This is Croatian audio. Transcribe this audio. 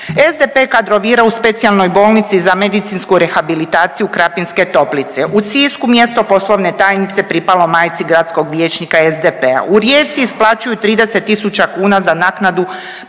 SDP kadrovira u Specijalnoj bolnici za medicinsku rehabilitaciju Krapinske Toplice. U Sisku mjesto poslovne tajnice pripalo majci gradskog vijećnika SDP-a. U Rijeci isplaćuju 30 tisuća kuna za naknadu